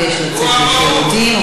הוא הלך, מה זה "הוא הלך"?